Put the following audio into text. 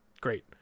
great